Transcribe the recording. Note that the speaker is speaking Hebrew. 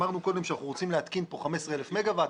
אמרנו קודם שאנחנו רוצים להתקין כאן 15,000 מגה-ואט,